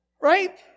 right